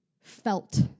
felt